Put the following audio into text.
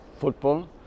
football